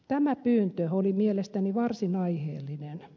tämä pyyntö oli mielestäni varsin aiheellinen